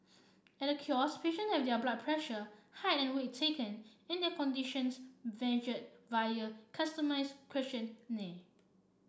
at the kiosk patient have their blood pressure height and weight taken and their conditions via a customised questionnaire